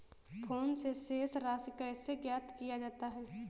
Phone से शेष राशि कैसे ज्ञात किया जाता है?